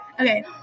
Okay